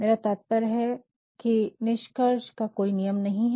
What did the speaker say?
मेरा तात्पर्य है कि निष्कर्ष का कोई नियम नहीं है